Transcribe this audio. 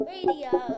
Radio